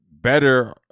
better